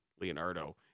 Leonardo